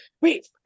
wait